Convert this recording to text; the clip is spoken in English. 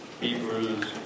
Hebrews